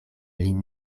lin